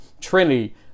Trinity